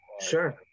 sure